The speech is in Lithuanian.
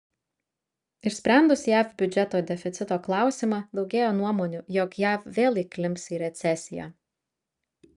išsprendus jav biudžeto deficito klausimą daugėja nuomonių jog jav vėl įklimps į recesiją